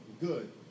good